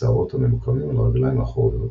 שערות הממוקמים על הרגליים האחוריות,